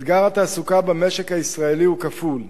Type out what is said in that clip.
אתגר התעסוקה במשק הישראלי הוא כפול: